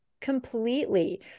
completely